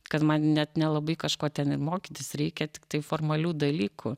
kad man net nelabai kažko ten ir mokytis reikia tiktai formalių dalykų